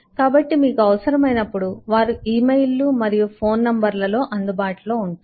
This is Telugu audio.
కాబట్టి మీకు అవసరమైనప్పుడు వారు ఈ ఇమెయిల్లు మరియు ఫోన్ నంబర్లలో అందుబాటులో ఉంటారు